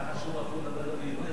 במהלך השיעור אסור לדבר גם בעברית,